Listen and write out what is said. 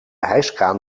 hijskraan